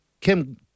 Kim